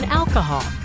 alcohol